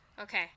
Okay